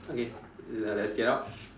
okay uh let's get out